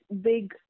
big